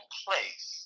place